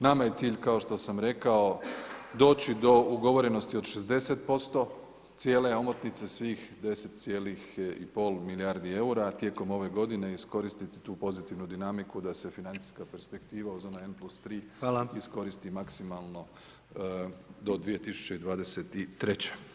Nama je cilj, kao što sam rekao, doći do ugovorenosti od 60% cijele omotnice, svih 10,5 milijardi eura tijekom ove godine i iskoristiti tu pozitivnu dinamiku da se financijska perspektiva uz onaj N+3 iskoristi maksimalno do 2023.